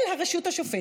אל הרשות השופטת.